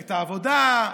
מפלגת העבודה,